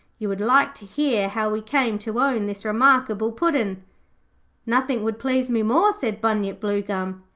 you would like to hear how we came to own this remarkable puddin' nothing would please me more said bunyip bluegum.